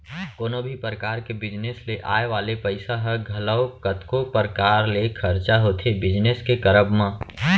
कोनो भी परकार के बिजनेस ले आय वाले पइसा ह घलौ कतको परकार ले खरचा होथे बिजनेस के करब म